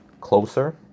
closer